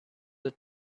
the